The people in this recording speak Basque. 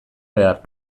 behar